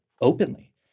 openly